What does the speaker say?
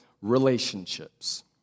relationships